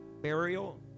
burial